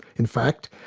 in fact,